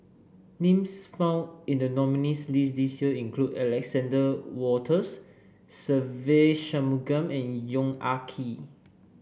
names found in the nominees' list this year include Alexander Wolters Se Ve Shanmugam and Yong Ah Kee